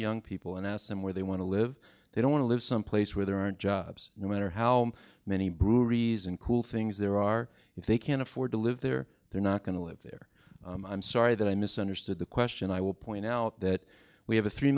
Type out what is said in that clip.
young people and ask them where they want to live they don't want to live someplace where there aren't jobs no matter how many breweries and cool things there are if they can't afford to live there they're not going to live there i'm sorry that i misunderstood the question i will point out that we have a three